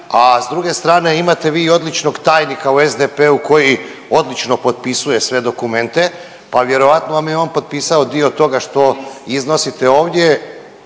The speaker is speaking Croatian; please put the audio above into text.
a s druge strane imate vi i odličnog tajnika u SDP-u koji odlično potpisuje sve dokumente pa vjerojatno vam je on potpisao dio toga što iznosite ovdje